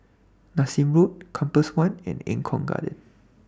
Nassim Road Compass one and Eng Kong Garden